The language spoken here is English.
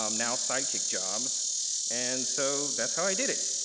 um now sidekick jobs and so that's how i did it.